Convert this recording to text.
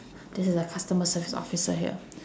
this is a customer service officer here